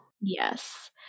Yes